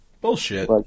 Bullshit